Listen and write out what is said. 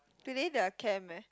today there are camp leh